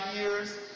years